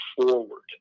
forward